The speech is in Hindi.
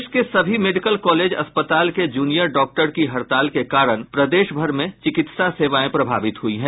प्रदेश के सभी मेडिकल कॉलेज अस्पताल के जूनियर डॉक्टर की हड़ताल के कारण प्रदेश भर में चिकित्सा सेवाएं प्रभावित हुई हैं